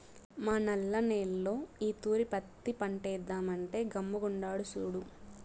మా నల్ల నేల్లో ఈ తూరి పత్తి పంటేద్దామంటే గమ్ముగుండాడు సూడు